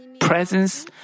presence